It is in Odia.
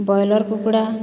ବ୍ରଏଲର୍ କୁକୁଡ଼ା